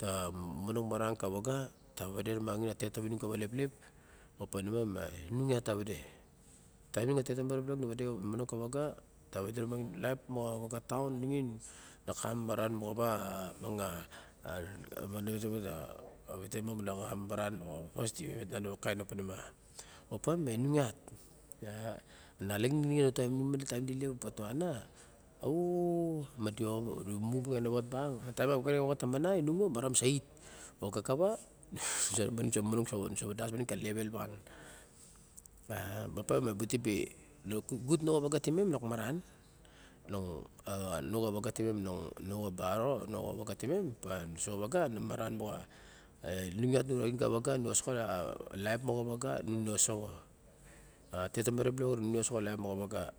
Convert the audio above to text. Ta monong maran kawaga ta wade ru mangen ka tet ta vinung kawa leplep. Opa mani ma ma inung iat ta vade. Taim inung a tetomare nu monong kava ga ta vade rumangin laip moxa waga taon nixin lokama maran, moxawa miang a a vite miang loka mamaran moxa wos di vel vet nan ma kain opa manima. Opa mai nung iat. A analaxin nixin ma dilep a bung patuana ma dimu a vexenawat bang, ka taim a vexena wat ta mana inung mong. A maram sa it. O kaka wa nu sa momonong o nu sa vadas baling ka level one. O pa ma e butibe iat noxavaga timem lok mamaran. Long a long noxawaga timem, long noxa barok noxawaga timem so xawaga lok maran moxa e nung iat nu raxin ka waga nu o so xo laip moxa waga nung nuosoxo. A tet tomare balok orin nuosoxo a laip mochawaga.